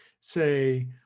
say